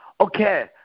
Okay